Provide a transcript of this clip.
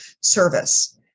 service